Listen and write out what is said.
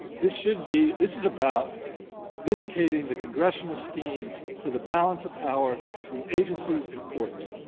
this should be this is about vindicating the congressional scheme for the balance of power between agencies and courts,